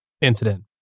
incident